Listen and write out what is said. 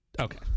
Okay